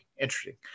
Interesting